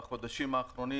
בחודשים האחרונים,